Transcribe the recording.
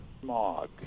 smog